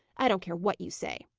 i don't care what you say.